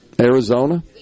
Arizona